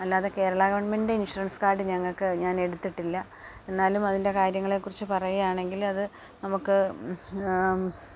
അല്ലാതെ കേരള ഗവൺമെൻറിൻ്റെ insurance card ഞങ്ങൾക്ക് ഞാൻ എടുത്തിട്ടില്ല എന്നാലും അതിൻ്റെ കാര്യങ്ങളെ കുറിച്ച് പറയുവാണെങ്കിൽ അത് നമുക്ക്